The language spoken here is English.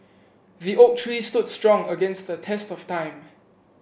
the oak tree stood strong against the test of time